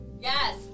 Yes